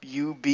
UB